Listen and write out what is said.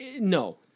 no